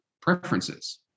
preferences